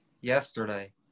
yesterday